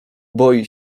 boi